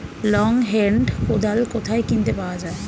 Long hand কোদাল কোথায় কিনতে পাওয়া যায়?